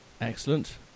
Excellent